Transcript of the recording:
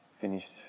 finished